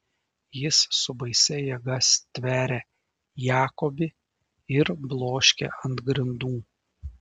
jis su baisia jėga stveria jakobį ir bloškia ant grindų